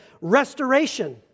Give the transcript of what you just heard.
restoration